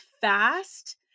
fast